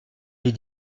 des